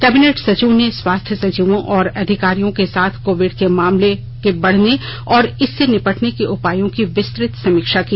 cabinet सचिव ने स्वास्थ्य सचिवों और अधिकारियों के साथ कोविड के मामले बढने और इससे निपटने के उपायों की विस्तृत समीक्षा की